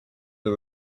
the